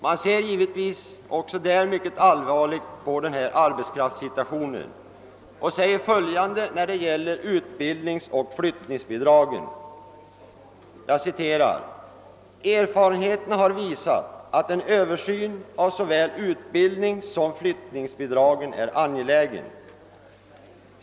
Man ser givetvis också där mycket allvarligt på denna arbetskraftssituation och säger följande när det gäller utbildningsoch flyttningsbidragen: »Erfarenheterna har visat att en översyn av såväl utbildningssom flyttningsbidragen är angelägen.